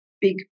big